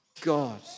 God